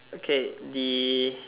okay the